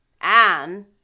Anne